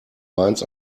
mainz